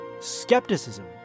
skepticism